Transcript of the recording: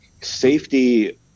Safety